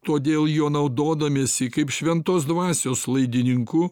todėl juo naudodamiesi kaip šventos dvasios laidininku